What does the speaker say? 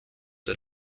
der